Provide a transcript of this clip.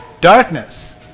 Darkness